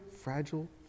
fragile